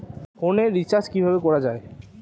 ফোনের রিচার্জ কিভাবে করা যায়?